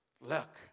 Look